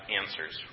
answers